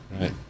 right